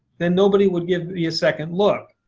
then nobody would give you a second look.